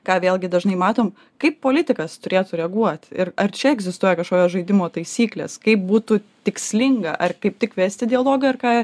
ką vėlgi dažnai matom kaip politikas turėtų reaguot ir ar čia egzistuoja kažkokios žaidimo taisyklės kaip būtų tikslinga ar kaip tik vesti dialogą ir ką